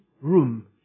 room